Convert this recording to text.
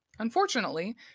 Unfortunately